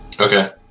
Okay